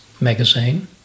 magazine